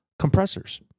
compressors